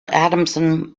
adamson